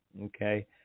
okay